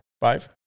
five